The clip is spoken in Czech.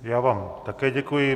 Já vám také děkuji.